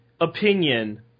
Opinion